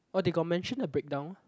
oh they got mention a breakdown